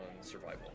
survival